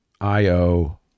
IO